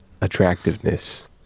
Attractiveness